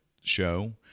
show